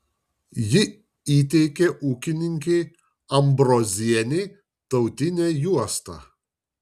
ji įteikė ūkininkei ambrozienei tautinę juostą